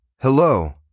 Hello